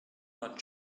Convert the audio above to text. not